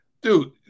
dude